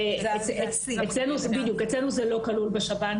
אצלנו זה לא כלול בשב"ן,